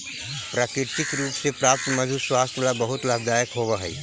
प्राकृतिक रूप से प्राप्त मधु स्वास्थ्य ला बहुत लाभदायक होवअ हई